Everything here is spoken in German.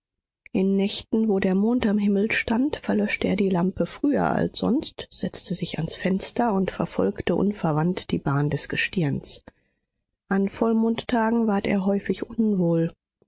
in nächten wo der mond am himmel stand verlöschte er die lampe früher als sonst setzte sich ans fenster und verfolgte unverwandt die bahn des gestirns an vollmondtagen ward er häufig unwohl